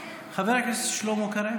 חבר הכנסת שלמה קרעי,